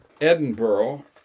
Edinburgh